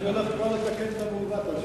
אנו כבר הולכים לתקן את המעוות.